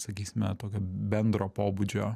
sakysime tokio bendro pobūdžio